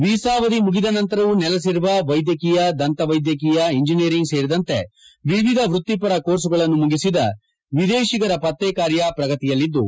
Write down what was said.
visa ಅವಧಿ ಮುಗಿದ ನಂತರವೂ ನೆಲೆಸಿರುವ ವೈದ್ಯಕೀಯ ದಂತ ವೈದ್ಯಕೀಯ ಇಂಜನಿಯರಿಂಗ್ ಸೇರಿದಂತೆ ವಿವಿಧ ವ್ಯಕ್ತಿಪರ ಕೋರ್ಸುಗಳನ್ನು ಮುಗಿಸಿದ ವಿದೇಶಿಗರ ಪತ್ತೆ ಕಾರ್ಯ ಪ್ರಗತಿಯಲ್ಲಿದ್ದು